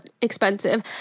expensive